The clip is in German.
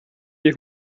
die